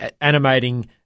animating